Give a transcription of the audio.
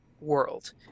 world